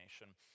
nation